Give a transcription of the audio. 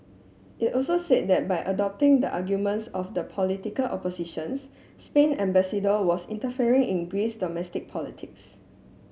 it also said that by adopting the arguments of the political opposition Spain's ambassador was interfering in Greece's domestic politics